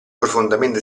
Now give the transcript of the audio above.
profondamente